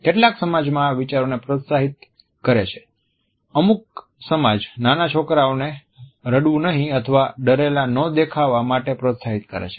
કેટલાક સમાજ આ વિચારને પ્રોત્સાહિત કરે છે કે અમુક સમાજ નાના છોકરાઓને રડવું નહિ અથવા ડરેલા ન દેખાવા માટે પ્રોત્સાહિત કરે છે